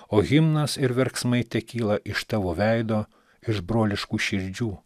o himnas ir verksmai tekyla iš tavo veido iš broliškų širdžių